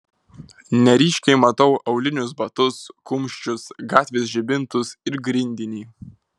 neryškiai matau aulinius batus kumščius gatvės žibintus ir grindinį